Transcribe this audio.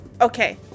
Okay